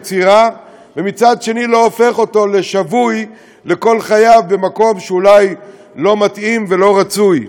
ומצד שני לא הופך אותו לשבוי לכל חייו במקום שאולי לא מתאים ולא רצוי.